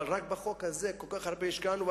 השקענו כל כך הרבה בחוק הזה,